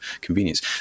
convenience